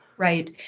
Right